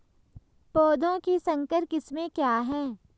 पौधों की संकर किस्में क्या हैं?